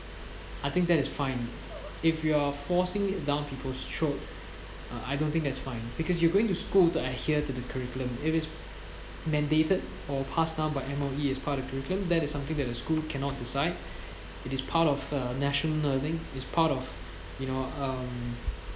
I think that is fine if you are forcing it down people's throat uh I don't think that's fine because you are going to school to adhere to the curriculum if it's mandated or passed down by M_O_E is part of curriculum that is something that the school cannot decide it is part of uh national learning is part of you know um